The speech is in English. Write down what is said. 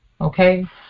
Okay